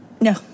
No